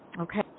Okay